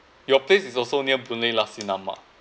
your place is also near Boon Lay nasi lemak